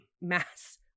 mass